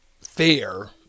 fair